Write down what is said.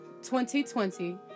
2020